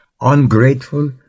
ungrateful